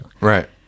Right